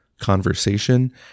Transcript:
conversation